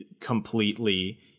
completely